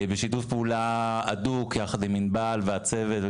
זה קורה בשיתוף פעולה אדוק עם ענבל והצוות,